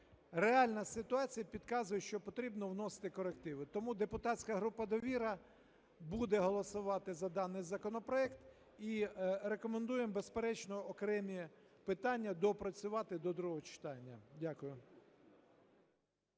реальна ситуація підказує, що потрібно вносити корективи. Тому депутатська група "Довіра" буде голосувати за даний законопроект і рекомендуємо, безперечно, окремі питання доопрацювати до другого читання. Дякую.